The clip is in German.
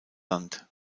land